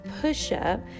push-up